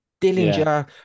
Dillinger